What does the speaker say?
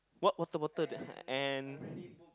what water bottle that and